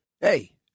Hey